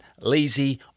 lazy